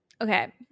Okay